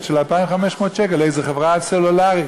בשל 2,500 שקלים לאיזו חברה סלולרית.